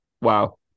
Wow